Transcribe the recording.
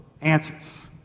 answers